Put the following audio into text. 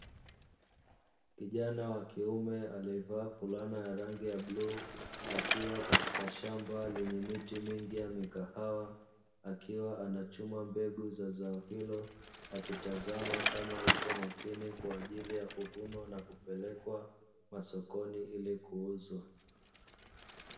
Kijana wa kiume alievaa fulana ya rangi ya bluu akiwa katika shamba lenye miti mingi ya mikahawa akiwa anachuma mbegu za zao hilo, akitazama kama ipo makini kwajili ya kuvunwa na kupelekwa masokoni ili kuuzwa.